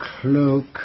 cloak